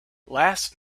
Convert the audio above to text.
last